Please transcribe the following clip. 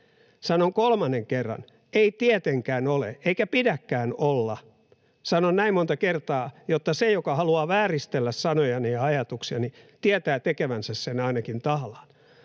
Sanon kolmannen kerran: ei tietenkään ole eikä pidäkään olla. Sanon tämän näin monta kertaa, jotta se, joka haluaa vääristellä sanojani ja ajatuksiani, ainakin tietää tekevänsä sen tahallaan.